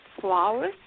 flowers